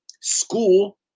school